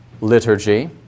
liturgy